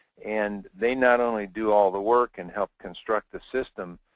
and they not only do all the work and help construct the system,